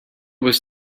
was